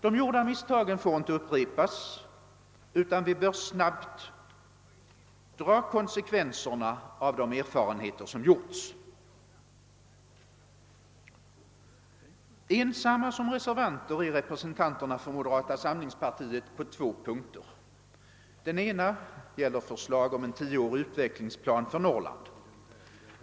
De gjorda misstagen får inte upprepas, utan vi bör snabbt dra konsekvenserna av de erfarenheter som gjorts. Ensamma som reservanter är representanterna för moderata samlingspartiet på två punkter. Den ena gäller förslag om en tioårig utvecklingsplan för Norrland.